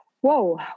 Whoa